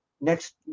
next